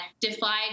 defied